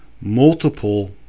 multiple